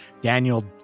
Daniel